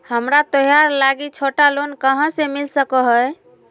हमरा त्योहार लागि छोटा लोन कहाँ से मिल सको हइ?